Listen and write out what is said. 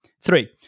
Three